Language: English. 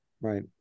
Right